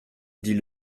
dit